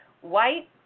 white